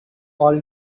all